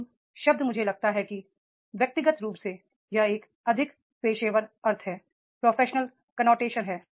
team शब्द मुझे लगता है कि व्यक्तिगत रूप से यह एक अधिक प्रोफेशनल का नोटेशन है